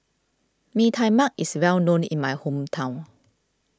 Mee Tai Mak is well known in my hometown